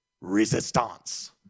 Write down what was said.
resistance